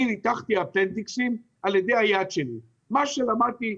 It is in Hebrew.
אני ניתחתי אפנדיציט עם הידיים שלי לפי מה שלמדתי,